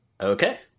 okay